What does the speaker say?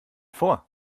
vor